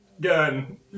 Gun